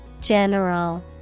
General